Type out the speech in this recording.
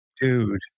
Dude